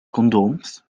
condooms